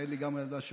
יעל היא גם הילדה שלך,